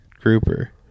grouper